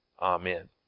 Amen